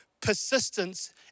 persistence